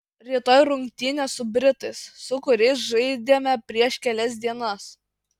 rytoj rungtynės su britais su kuriais žaidėme prieš kelias dienas